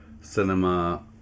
cinema